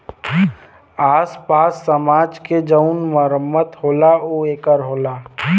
आस पास समाज के जउन मरम्मत होला ऊ ए कर होला